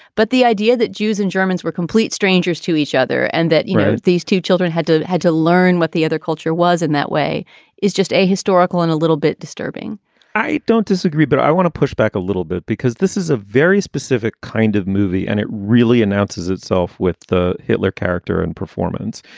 but the idea that jews and germans were complete strangers to each other and that, you know, these two children had to had to learn what the other culture was in that way is just a historical and a little bit disturbing i don't disagree, but i want to push back a little bit because this is a very specific kind of movie and it really announces itself with the hitler character and performance.